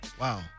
Wow